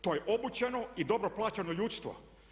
To je obučeno i dobro plaćeno ljudstvo.